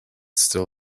still